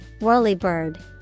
Whirlybird